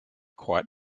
quite